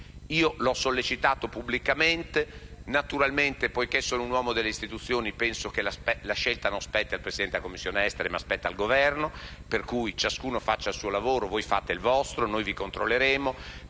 Io l'ho sollecitata pubblicamente. Naturalmente, poiché sono un uomo delle istituzioni, penso che la scelta non spetti al Presidente della Commissione affari esteri ma al Governo. Pertanto, ciascuno faccia il suo lavoro. Voi fate il vostro, e noi vi controlleremo.